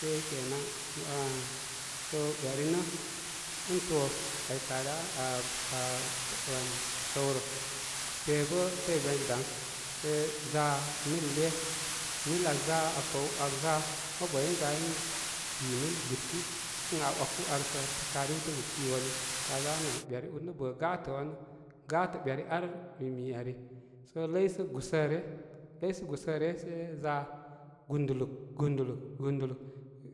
Se ke na, mah sə beri nə' ən to aykə damə ah ah wan səw rə be bə tew be nə dəŋ sə pa niplusl le niplusl a za a pəw an za mubu ai in za in gbi niplusl gbiplusrki ən aa waku ar sə da rwidə nə kiwani ka zanə ai beri ur nə' bə gə wanə gə beri ar mimi ari sə ləy sə gusə ryə laysə gusə ryə sai za gunduluk, gundulu, gunduluk